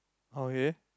okay